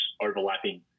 overlapping